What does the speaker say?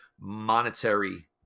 monetary